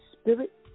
Spirit